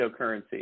cryptocurrency